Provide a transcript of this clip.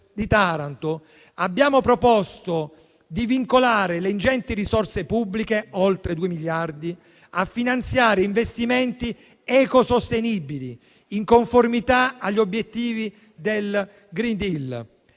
abbiamo proposto di vincolare le ingenti risorse pubbliche, pari ad oltre due miliardi, a finanziare investimenti ecosostenibili in conformità agli obiettivi del *green deal*.